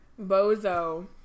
Bozo